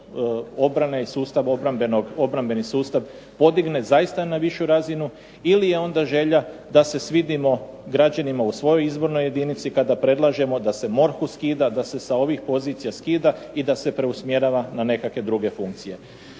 obrane i sustav obrambenog, obrambeni sustav podigne zaista na višu razinu ili je onda želja da se svidimo građanima u svojoj izbornoj jedinici kada predlažemo da se MORH-u skida, da se sa ovih pozicija skida i da se preusmjerava na nekakve druge funkcije.